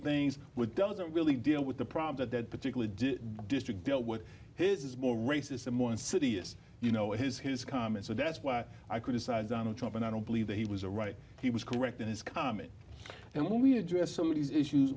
things with doesn't really deal with the problems that that particular district dealt with his is more racism more insidious you know what his his comments are that's why i criticize donald trump and i don't believe that he was a right he was correct in his comment and we address some of these issues